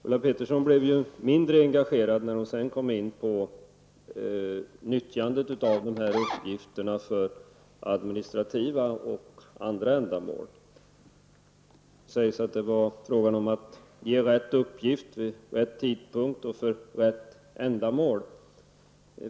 Ulla Pettersson blev sedan mindre engagerad när hon kom in på nyttjandet av uppgifterna för administrativa ändamål. Det sägs att det är fråga om att ge rätt uppgift vid rätt tidpunkt och för rätt ändamål.